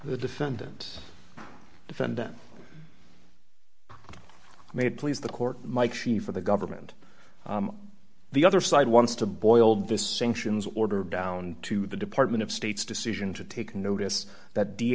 the defendant defendant made please the court might she for the government the other side wants to boil distinctions order down to the department of state's decision to take notice that d